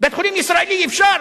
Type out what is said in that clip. בית-חולים ישראלי אי-אפשר?